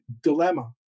dilemma